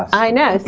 i know. so,